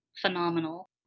phenomenal